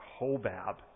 Hobab